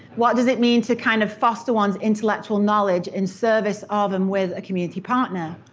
what does it mean to kind of foster one's intellectual knowledge in service of and with a community partner?